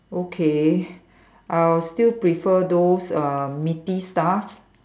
okay I'll still prefer those uh meaty stuff